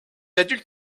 adultes